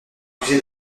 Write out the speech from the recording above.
accusée